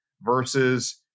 versus